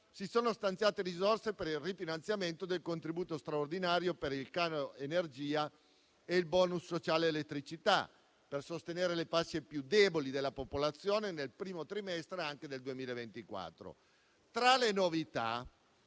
si sono stanziate risorse per il rifinanziamento del contributo straordinario per il caro energia e il *bonus* sociale elettricità, per sostenere le fasce più deboli della popolazione anche nel primo trimestre del 2024. Tra le novità,